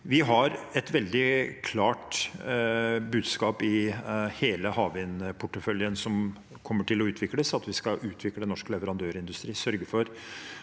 Vi har et veldig klart budskap i hele havvindporteføljen som kommer til å utvikles, om at vi skal utvikle norsk leverandørindustri og sørge for